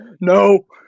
No